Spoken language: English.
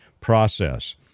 process